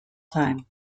time